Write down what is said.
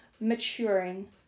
maturing